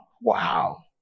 wow